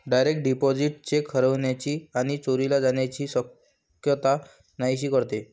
direct deposit cheque हरवण्याची आणि चोरीला जाण्याची शक्यता नाहीशी करते